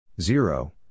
Zero